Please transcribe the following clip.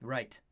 Right